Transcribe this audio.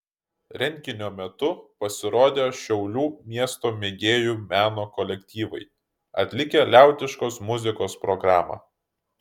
renginio metu pasirodė šiaulių miesto mėgėjų meno kolektyvai atlikę liaudiškos muzikos programą